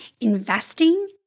investing